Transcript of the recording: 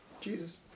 Jesus